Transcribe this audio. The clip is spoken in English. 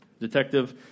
detective